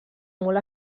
molt